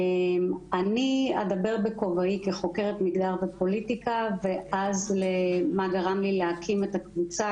אני אדבר בכובעי כחוקרת מגדר ופוליטיקה ואז למה גרם לי להקים את הקבוצה.